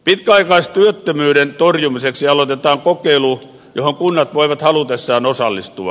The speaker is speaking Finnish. pitkäaikaistyöttömyyden torjumiseksi aloitetaan kokeilu johon kunnat voivat halutessaan osallistua